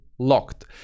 locked